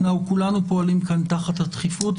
כולנו פועלים כאן תחת הדחיפות.